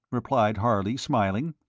replied harley, smiling.